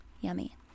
Yummy